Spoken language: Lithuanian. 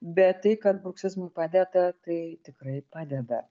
bet tai kad bruksizmui padeda tai tikrai padeda